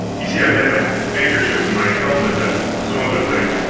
you see i had my handkerchief in my helmet and some other things